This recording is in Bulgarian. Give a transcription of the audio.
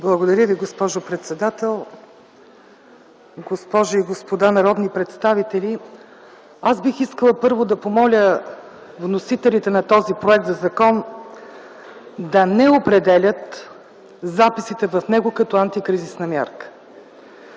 Благодаря Ви, госпожо председател. Госпожи и господа народни представители, първо бих искала да помоля вносителите на този проект за закон да не определят записите в него като антикризисна мярка.